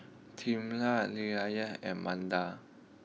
Tamela Lilyan and Manda